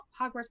Hogwarts